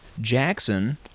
Jackson